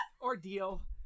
ordeal